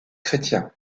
chrétien